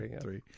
three